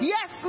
Yes